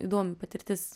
įdomi patirtis